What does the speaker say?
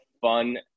fun